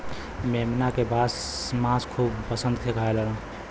मेमना के मांस खूब पसंद से खाएलन